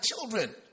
children